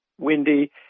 windy